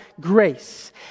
grace